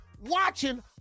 Watching